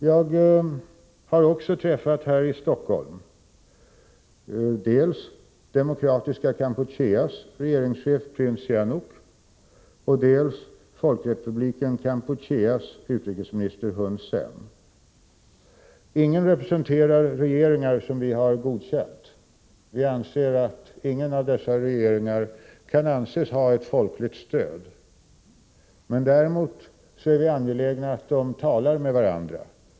Jag har också i Stockholm träffat dels det demokratiska Kampucheas regeringschef prins Sihanouk, dels folkrepublikens Kampucheas utrikesminister Hun Sen. Ingen representerar regeringar som vi har godkänt, dvs. vi anser att ingen av dessa regeringar kan anses ha ett folkligt stöd. Däremot är vi angelägna om att de talar med varandra.